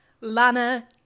Lana